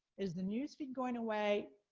is the newsfeed going away?